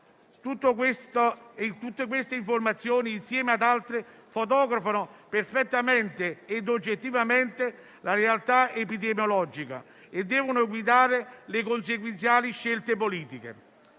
Tutte queste informazioni, insieme ad altre, fotografano perfettamente e oggettivamente la realtà epidemiologica e devono guidare le consequenziali scelte politiche.